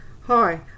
Hi